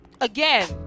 again